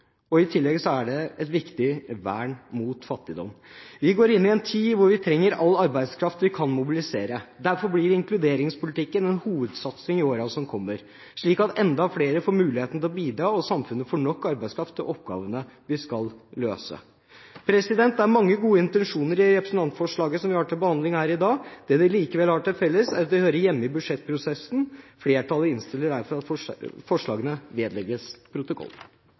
I tillegg er det et viktig vern mot fattigdom. Vi går inn i en tid hvor vi trenger all arbeidskraft vi kan mobilisere. Derfor blir inkluderingspolitikken en hovedsatsing i årene som kommer, slik at enda flere får muligheten til å bidra, og samfunnet får nok arbeidskraft til oppgavene vi skal løse. Det er mange gode intensjoner i de ulike punktene i representantforslaget som vi har til behandling her i dag. Det de likevel har til felles, er at de hører hjemme i budsjettprosessen. Det innstilles derfor på at forslagene vedlegges protokollen.